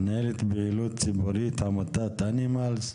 מנהלת פעילות ציבורית בעמותת אנימלס.